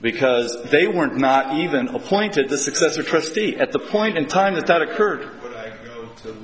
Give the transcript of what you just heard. because they weren't not even appointed the successor trustee at the point in time that that occurred